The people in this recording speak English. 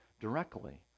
directly